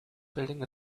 building